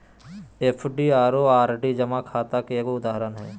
FD आरो RD जमा खाता के एगो उदाहरण हय